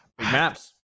Maps